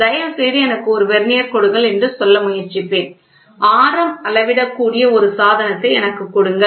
தயவுசெய்து எனக்கு ஒரு வெர்னியர் கொடுங்கள் என்று சொல்ல முயற்சிப்பேன் ஆரம் அளவிடக்கூடிய ஒரு சாதனத்தை எனக்குக் கொடுங்கள்